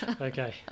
Okay